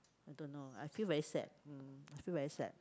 I dunno I feel very sad mm I feel very sad